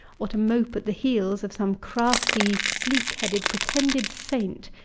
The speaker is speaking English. or to mope at the heels of some crafty, sleekheaded pretended saint,